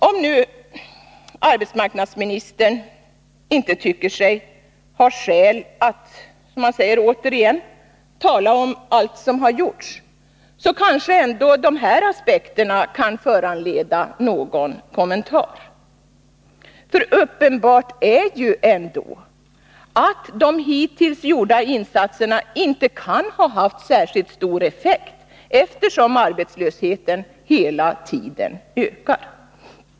Om nu arbetsmarknadsministern inte tycker sig ha skäl, som han återigen säger, att tala om allt som har gjorts kanske ändå dessa aspekter kan föranleda någon kommentar. Uppenbart är ju ändå att de hittills gjorda insatserna inte kan ha haft särskilt stor effekt, eftersom arbetslösheten hela tiden ökar.